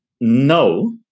no